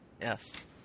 Yes